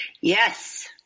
Yes